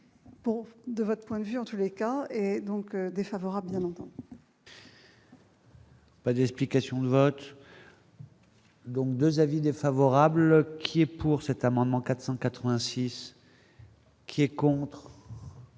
de votre point de vue, en tous les cas et donc défavorable. Pas d'explication de vote. Donc 2 avis défavorables qui est pour cet amendement 486. Qui est contre.